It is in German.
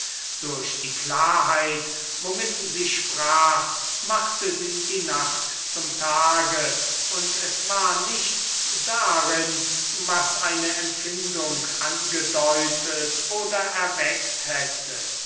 durch die klarheit womit sie sprach machte sie die nacht zum tage und es war nichts darin was eine empfindung angedeutet oder erweckt hätte